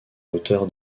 hauteur